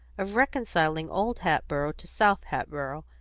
of reconciling old hatboro' to south hatboro',